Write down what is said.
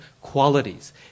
qualities